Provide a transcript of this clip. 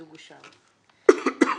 המיזוג אושר פה אחד.